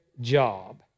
job